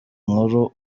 nkuru